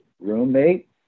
roommate